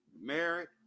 Married